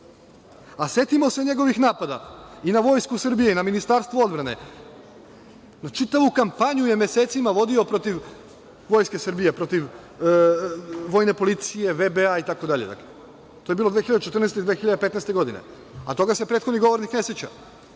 A setimo se njegovih napada, i na Vojsku Srbije, i na Ministarstvo odbrane. Čitavu kampanju je mesecima vodio protiv Vojske Srbije, protiv vojne policije, VBA, itd. To je bilo 2014. i 2015. godine. Toga se prethodni govornik ne seća,